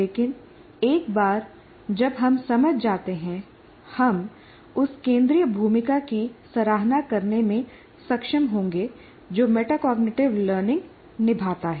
लेकिन एक बार जब हम समझ जाते हैं हम उस केंद्रीय भूमिका की सराहना करने में सक्षम होंगे जो मेटाकॉग्निटिव लर्निंग निभाता है